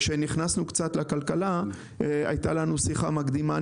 כשנכנסנו קצת לכלכלה הייתה לי ולדוד שיחה מקדימה